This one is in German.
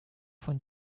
von